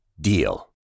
DEAL